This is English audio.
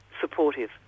supportive